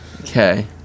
Okay